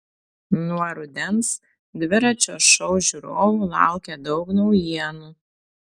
nuo rudens dviračio šou žiūrovų laukia daug naujienų